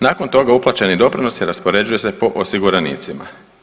Nakon toga uplaćeni doprinosi raspoređuju se po osiguranicima.